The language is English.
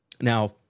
Now